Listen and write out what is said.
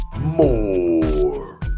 more